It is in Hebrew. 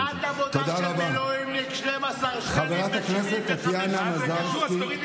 שעת עבודה של מילואימניק, 12.75 שקלים.